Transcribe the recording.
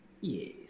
Yes